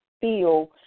feel